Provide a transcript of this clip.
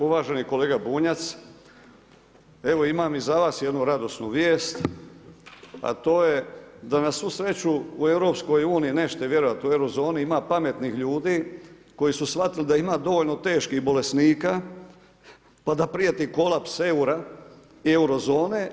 Uvaženi kolega Bunjac, evo imam i za vas jednu radosnu vijest, a to je da na svu sreću u EU nećete vjerovati u Eurozoni ima pametnih ljudi koji su shvatili da ima dovoljno teških bolesnika pa da prijeti kolaps eura i Eurozone.